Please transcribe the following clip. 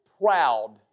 Proud